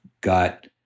got